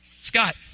Scott